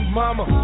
mama